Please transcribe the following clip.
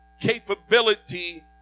capability